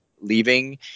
leaving